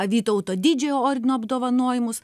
vytauto didžiojo ordino apdovanojimus